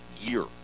year